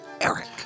Eric